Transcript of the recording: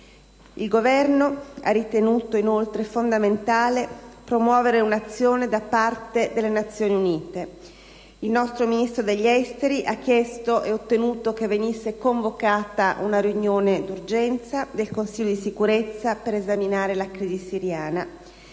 Il Governo ha ritenuto inoltre fondamentale promuovere un'azione da parte delle Nazioni Unite. Il nostro Ministro degli affari esteri ha chiesto e ottenuto che venisse convocata una riunione d'urgenza del Consiglio di Sicurezza per esaminare la crisi siriana.